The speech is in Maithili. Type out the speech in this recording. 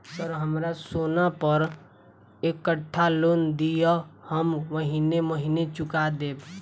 सर हमरा सोना पर एकटा लोन दिऽ हम महीने महीने चुका देब?